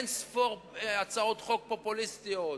אין-ספור הצעות חוק פופוליסטיות,